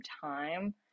time